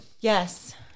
Yes